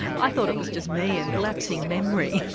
i thought it was just me and lapsing memory.